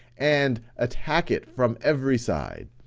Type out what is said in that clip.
and. attack it from every side.